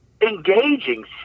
engaging